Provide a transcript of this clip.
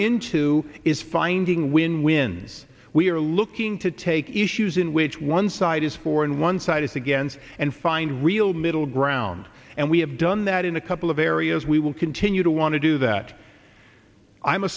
into is finding win wins we're looking to take issues in which one side is for and one side is against and find real middle ground and we have done that in a couple of areas we will continue to want to do that i'm a